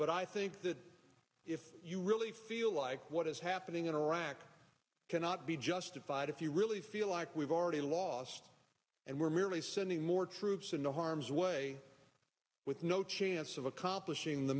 but i think that if you really feel like what is happening in iraq cannot be justified if you really feel like we've already lost and we're merely sending more troops into harm's way with no chance of accomplishing the